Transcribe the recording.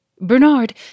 Bernard